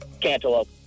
Cantaloupe